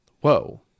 whoa